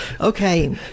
Okay